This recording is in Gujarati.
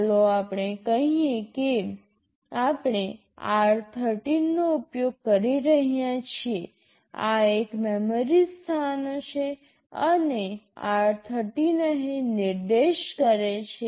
ચાલો આપણે કહીએ કે આપણે r13 નો ઉપયોગ કરી રહ્યા છીએ આ કેટલાક મેમરી સ્થાનો છે અને r13 અહીં નિર્દેશ કરે છે